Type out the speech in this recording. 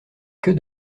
que